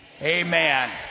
Amen